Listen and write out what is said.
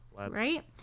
right